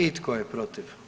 I tko je protiv?